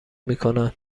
میکنن